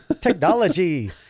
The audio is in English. Technology